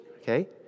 okay